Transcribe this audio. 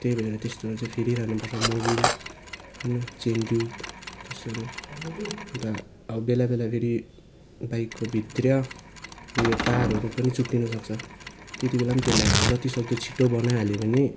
त्यही भएर त्यस्तोहरू चाहिँ फेरिरहनुपर्छ मबिल होइन चेनट्युब त्यस्तोहरू अन्त अब बेला बेला फेरि बाइकको भित्रिया उयो तारहरू पनि चुट्टिनु सक्छ त्यतिबेला पनि त्यसलाई अब जतिसक्दो छिट्टो बनाइहाल्यो भने